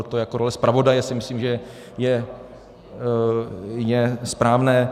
To jako role zpravodaje si myslím, že je správné.